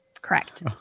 Correct